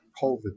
COVID